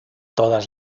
todas